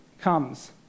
comes